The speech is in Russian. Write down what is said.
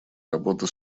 работа